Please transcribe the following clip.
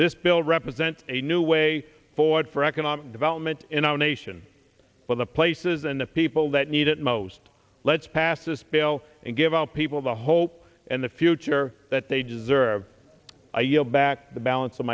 this bill represents a new way forward for economic development in our nation but the places and the people that need it most let's pass this bill and give our people the whole and the future that they deserve i yield back the balance of